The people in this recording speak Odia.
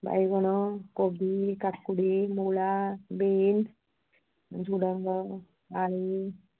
ବାଇଗଣ କୋବି କାକୁଡ଼ି ମୂଳା ବିନ୍ ଝୁଡ଼ଙ୍ଗ ଆଳୁ